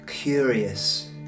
Curious